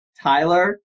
tyler